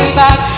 back